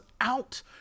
out